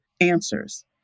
answers